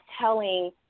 telling